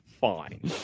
fine